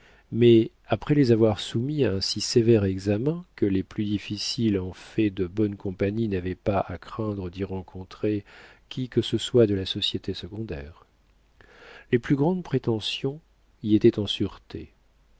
mais après les avoir soumis à un si sévère examen que les plus difficiles en fait de bonne compagnie n'avaient pas à craindre d'y rencontrer qui que ce soit de la société secondaire les plus grandes prétentions y étaient en sûreté